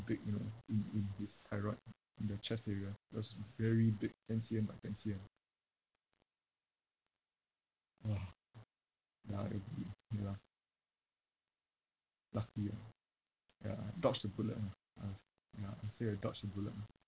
big you know in in his thyroid in the chest area it was very big ten C_M ah ten C_M !wah! lucky ah ya dodge the bullet lah ah ya I'd say uh dodge the bullet ah